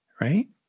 right